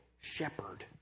shepherd